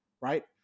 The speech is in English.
right